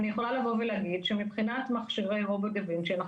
אני יכולה לבוא ולהגיד שמבחינת מכשירי רובוט דה וינצ'י אנחנו